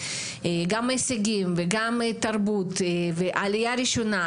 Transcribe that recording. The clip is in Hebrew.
גם הישגים וגם תרבות ועלייה ראשונה,